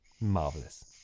Marvelous